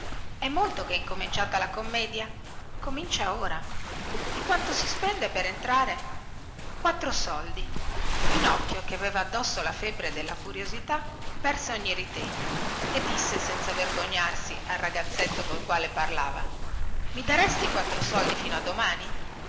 è molto che è incominciata la commedia comincia ora e quanto si spende per entrare quattro soldi pinocchio che aveva addosso la febbre della curiosità perse ogni ritegno e disse senza vergognarsi al ragazzetto col quale parlava i daresti quattro soldi fino a domani